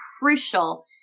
crucial